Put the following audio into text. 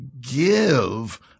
give